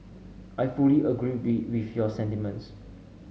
I fully agree with your sentiments